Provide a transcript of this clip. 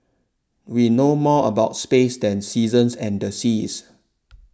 we know more about space than seasons and the seas